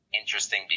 interesting